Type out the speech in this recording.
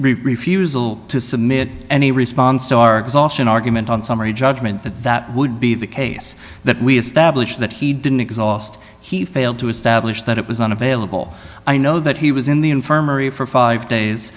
his fusil to submit any response to our exhaustion argument on summary judgment that that would be the case that we established that he didn't exhaust he failed to establish that it was unavailable i know that he was in the infirmary for five days